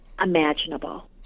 imaginable